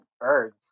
birds